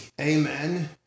amen